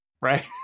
Right